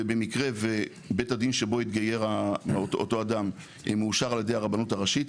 ובמקרה ובית הדין שבו התגייר אותו אדם מאושר על ידי הרבנות הראשית,